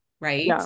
right